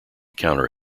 counter